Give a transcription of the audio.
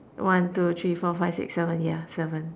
one two three four five six seven yeah seven